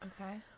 Okay